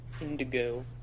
Indigo